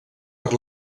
per